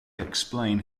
explain